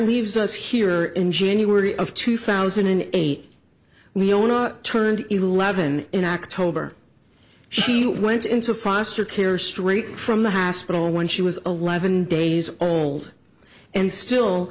leaves us here in january of two thousand and eight leona turned eleven in ak told her she went into foster care straight from the hospital when she was eleven days old and still